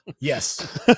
Yes